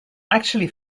actually